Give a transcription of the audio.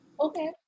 Okay